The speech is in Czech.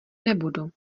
nebudu